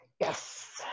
Yes